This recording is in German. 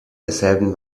derselben